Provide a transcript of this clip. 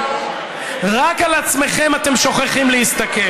רק על עצמכם אתם שוכחים להסתכל.